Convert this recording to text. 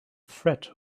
threat